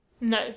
No